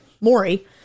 Maury